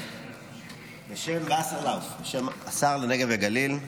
בשם וסרלאוף, בשם השר לנגב ולגליל.